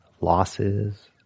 losses